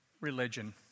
religion